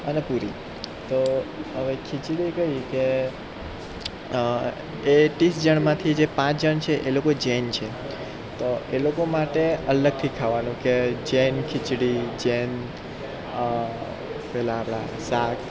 અને પુરી તો હવે ખીચડી કેવી કે તે તીસ જણમાંથી પાંચ જણ છે તે જૈન છે તો એ લોકો માટે અલગથી ખાવાનું કે જૈન ખીચડી જૈન પેલા આપણા શાક